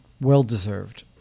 well-deserved